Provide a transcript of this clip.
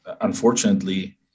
unfortunately